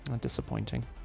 Disappointing